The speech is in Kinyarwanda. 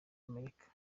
amerika